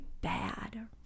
bad